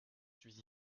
suis